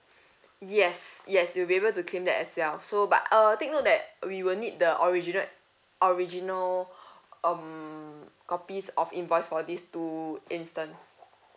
yes yes you'll be able to claim that as well so but uh take note that we will need the original original um copies of invoice for these two instance